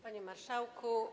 Panie Marszałku!